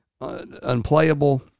unplayable